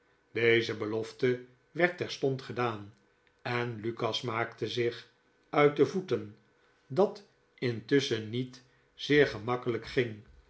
deze belofte werd terstond gedaan en lukas maakte zich uit de voeten dat intusschen niet zeer gemakkelijk ging